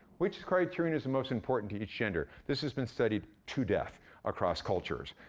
which criterion is the most important to each gender? this has been studied to death across cultures.